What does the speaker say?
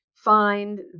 find